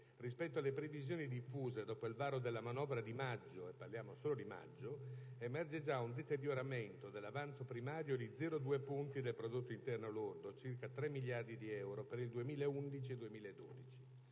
Rispetto alle previsioni diffuse dopo il varo della manovra di maggio (e parliamo solo di maggio) emerge già un deterioramento dell'avanzo primario di 0,2 punti del prodotto interno lordo (circa 3 miliardi di euro) per il 2011 e 2012.